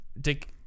Dick